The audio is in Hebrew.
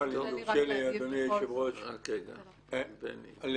אם יורשה לי, אדוני היושב-ראש, לחברי,